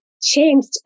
changed